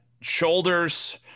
shoulders